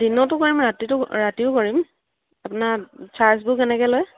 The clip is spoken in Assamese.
দিনতো কৰিম ৰাতিতো ৰাতিও কৰিম আপোনাৰ চাৰ্জবোৰ কেনেকৈ লয়